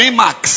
max